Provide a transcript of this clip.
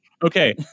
Okay